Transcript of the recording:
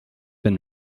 been